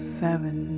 seven